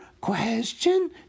question